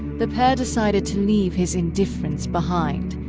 the pair decided to leave his indifference behind,